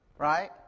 right